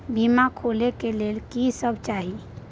बीमा खोले के लेल की सब चाही?